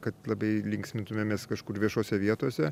kad labai linksmintumėmės kažkur viešose vietose